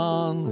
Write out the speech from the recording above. on